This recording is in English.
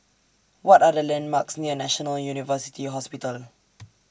What Are The landmarks near National University Hospital